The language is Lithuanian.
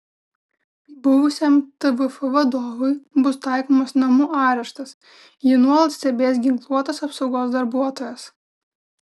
buvusiam tvf vadovui bus taikomas namų areštas jį nuolat stebės ginkluotas apsaugos darbuotojas